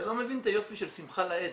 אתה לא מבין את היופי של שמחה לאיד,